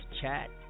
chat